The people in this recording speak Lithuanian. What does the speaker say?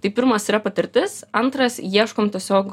tai pirmas yra patirtis antras ieškom tiesiog